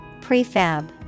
Prefab